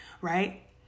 right